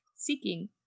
Seeking